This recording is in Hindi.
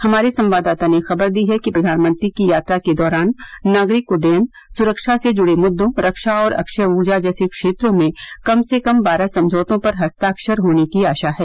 हमारे संवाददाता ने खबर दी है कि प्रधानमंत्री की यात्रा के दौरान नागरिक उडुयन सुरक्षा से जुड़े मुद्दों रक्षा और अक्षय ऊर्जा जैसे क्षेत्रों में कम से कम बारह समझौतों पर हस्ताक्षर होने की आशा है